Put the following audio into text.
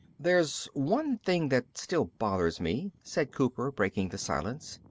there's one thing that still bothers me, said cooper, breaking the silence.